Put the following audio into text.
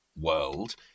world